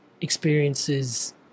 experiences